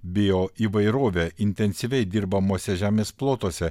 bijo įvairovę intensyviai dirbamuose žemės plotuose